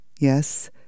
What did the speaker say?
Yes